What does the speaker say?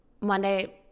Monday